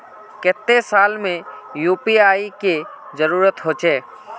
केते साल में यु.पी.आई के जरुरत होचे?